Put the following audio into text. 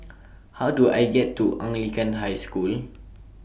How Do I get to Anglican High School